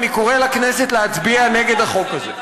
אני קורא לכנסת להצביע נגד החוק הזה.